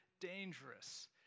dangerous